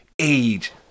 age